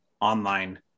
online